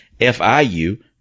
FIU